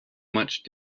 much